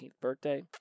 birthday